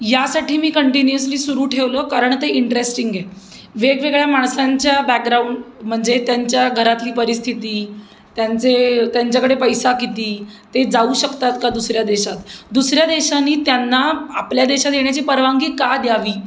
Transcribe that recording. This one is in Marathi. यासाठी मी कंटिन्युअसली सुरू ठेवलं कारण ते इंटरेस्टिंग आहे वेगवेगळ्या माणसांच्या बॅकग्राऊंड म्हणजे त्यांच्या घरातली परिस्थिती त्यांचे त्यांच्याकडे पैसा किती ते जाऊ शकतात का दुसऱ्या देशात दुसऱ्या देशाने त्यांना आपल्या देशात येण्याची परवानगी का द्यावी